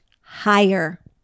Higher